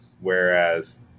Whereas